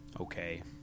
okay